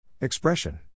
Expression